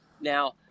Now